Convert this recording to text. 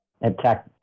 attack